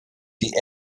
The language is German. die